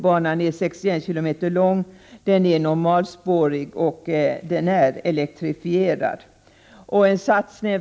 Banan är 61 kilometer lång, normalspårig och elektrifierad.